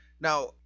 Now